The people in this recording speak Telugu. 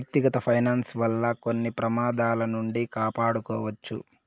వ్యక్తిగత ఫైనాన్స్ వల్ల కొన్ని ప్రమాదాల నుండి కాపాడుకోవచ్చు